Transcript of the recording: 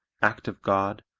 act of god,